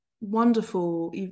wonderful